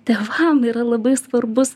tėvam yra labai svarbus